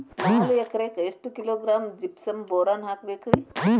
ನಾಲ್ಕು ಎಕರೆಕ್ಕ ಎಷ್ಟು ಕಿಲೋಗ್ರಾಂ ಜಿಪ್ಸಮ್ ಬೋರಾನ್ ಹಾಕಬೇಕು ರಿ?